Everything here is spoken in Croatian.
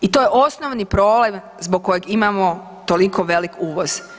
I to je osnovni problem zbog kojeg imamo toliko velik uvoz.